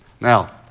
Now